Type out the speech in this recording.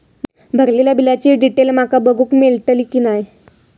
भरलेल्या बिलाची डिटेल माका बघूक मेलटली की नाय?